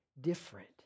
different